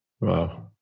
Wow